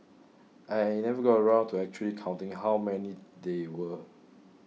I never got around to actually counting how many they were